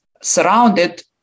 surrounded